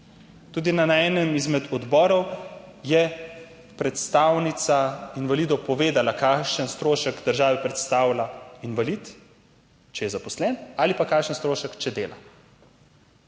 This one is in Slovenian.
Tudi na enem izmed odborov je predstavnica invalidov povedala, kakšen strošek državi predstavlja invalid, če je zaposlen, ali pa kakšen strošek, če dela.